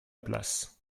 place